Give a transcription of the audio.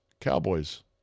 Cowboys